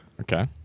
Okay